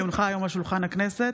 כי הונחה היום על שולחן הכנסת,